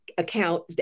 Account